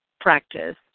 practice